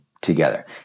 together